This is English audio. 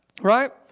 right